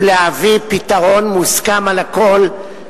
ולהביא פתרון מוסכם על הכול,